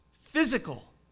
Physical